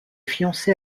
fiancé